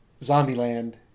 Zombieland